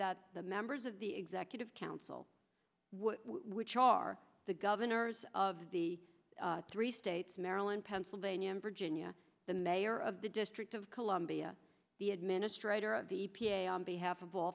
that the members of the executive council which are the governors of the three states maryland pennsylvania and virginia the mayor of the district of columbia the administrator of the e p a on behalf of all